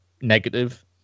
negative